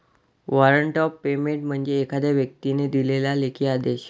warrant of payment म्हणजे एखाद्या व्यक्तीने दिलेला लेखी आदेश